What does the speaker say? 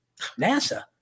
NASA